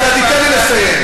אתה תיתן לי לסיים.